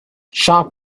sharp